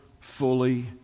fully